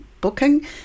booking